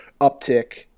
uptick